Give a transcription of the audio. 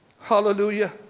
hallelujah